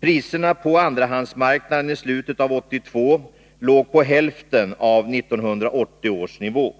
Priserna på andrahandsmarknaden i slutet av 1982 låg på hälften av 1980 års nivå.